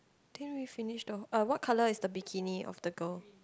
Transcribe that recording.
didn't really finish the uh what colour is the bikini of the girl